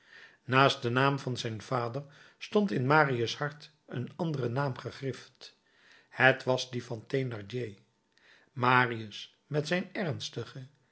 naast den naam van zijn vader stond in marius hart een andere naam gegrift het was die van thénardier marius met zijn ernstige